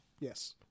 yes